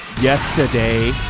yesterday